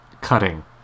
cutting